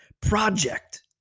project